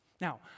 Now